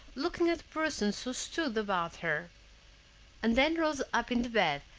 looking at the persons who stood about her and then rose up in the bed,